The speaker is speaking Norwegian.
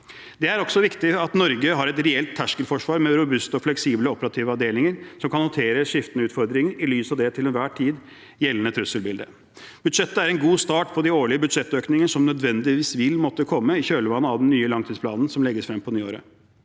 Det er også viktig at Norge har et reelt terskelforsvar med robuste og fleksible operative avdelinger som kan håndtere skiftende utfordringer i lys av det til enhver tid gjeldende trusselbildet. Budsjettet er en god start på de årlige budsjettøkninger som nødvendigvis vil måtte komme i kjølvannet av den nye langtidsplanen som legges frem på nyåret.